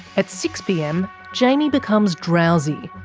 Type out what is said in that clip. at six pm, jaimie becomes drowsy,